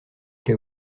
cas